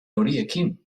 horiekin